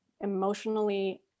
emotionally